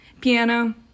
Piano